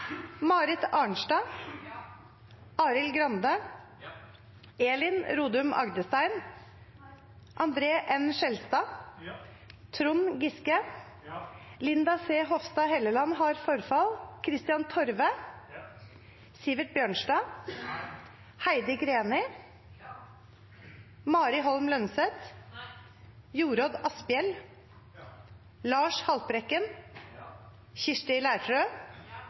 Marit Arnstad, Arild Grande, André N. Skjelstad, Trond Giske, Kristian Torve, Heidi Greni, Jorodd Asphjell, Lars Haltbrekken, Kirsti